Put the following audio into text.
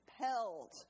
compelled